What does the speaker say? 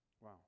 Wow